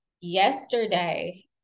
yesterday